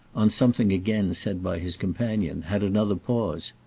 on something again said by his companion, had another pause.